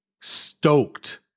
stoked